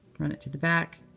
run it to the back,